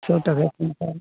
ᱥᱚ ᱴᱟᱠᱟ ᱠᱩᱭᱤᱱᱴᱟᱞ